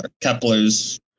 kepler's